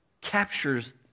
captures